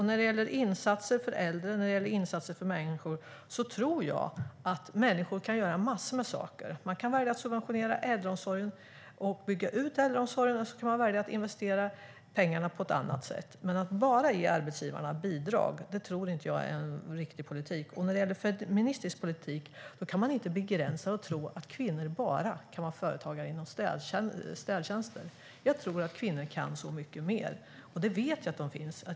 När det gäller insatser för äldre människor tror jag att människor kan göra massor av saker. Man kan välja att subventionera äldreomsorgen och bygga ut den, eller så kan man välja att investera pengarna på ett annat sätt. Men att bara ge arbetsgivarna bidrag tror jag inte är en riktig politik. När det gäller en feministisk politik kan man inte begränsa och tro att kvinnor bara kan vara företagare inom städtjänster. Jag tror att kvinnor kan mycket mer, och jag vet att de finns.